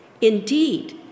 Indeed